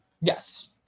Yes